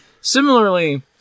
Similarly